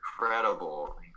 incredible